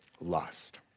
lust